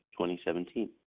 2017